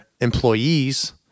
employees